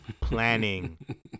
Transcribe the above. planning